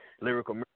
lyrical